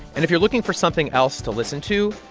and if you're looking for something else to listen to,